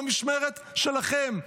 במשמרת שלכם,